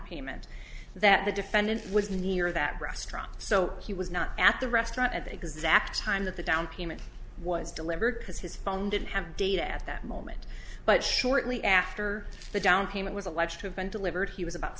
payment that the defendant was near that restaurant so he was not at the restaurant at the exact time that the down payment was delivered as his phone didn't have data at that moment but shortly after the down payment was alleged to have been delivered he was about